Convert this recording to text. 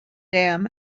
dam